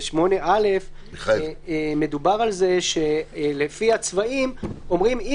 ב-8(א) מדובר על זה שלפי הצבעים אומרים אם